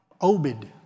Obed